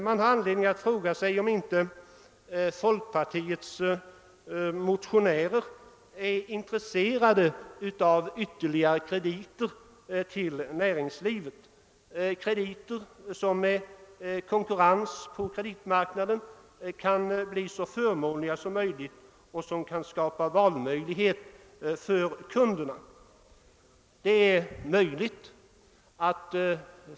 Man har anledning fråga sig om inte folkpartiets motionärer är intresserade av ytterligare krediter till näringslivet, krediter som med den ökade konkurrensen på kreditmarknaden kan bli mycket förmånliga och skapa en valmöjlighet för kunderna.